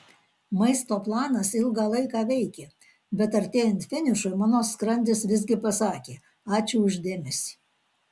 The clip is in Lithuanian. maisto planas ilgą laiką veikė bet artėjant finišui mano skrandis visgi pasakė ačiū už dėmesį